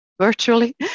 virtually